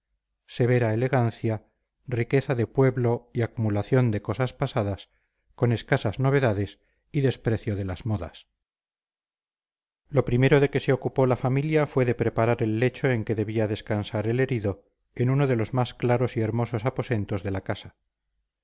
severa elegancia riqueza de pueblo y acumulación de cosas pasadas con escasas novedades y desprecio de las modas lo primero de que se ocupó la familia fue de preparar el lecho en que debía descansar el herido en uno de los más claros y hermosos aposentos de la casa